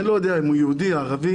אני לא יודע אם הוא יהודי או ערבי,